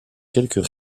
quelques